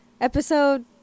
episode